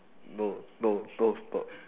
no no don't stop